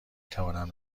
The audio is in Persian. توانم